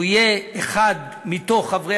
הוא יהיה אחד מחברי